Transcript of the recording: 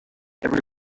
every